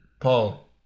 Paul